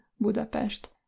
Budapest